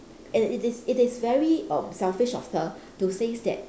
and it is it is very err selfish of her to says that